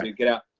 dude. get out.